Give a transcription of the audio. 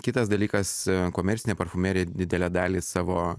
kitas dalykas komercinė parfumerija didelę dalį savo